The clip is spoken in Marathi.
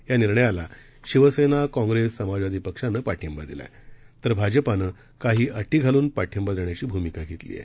यानिर्णयालाशिवसेना काँग्रेस समाजवादीपक्षानंपाठिंबादिलाआहेतरभाजपानंकाहीअटीघालूनपाठिंबादेण्याचीभूमिकाघेतलीआहे